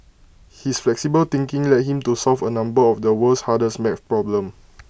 his flexible thinking led him to solve A number of the world's hardest math problems